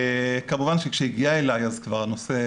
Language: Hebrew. וכמובן שכשהיא הגיעה אלי אז הנושא כבר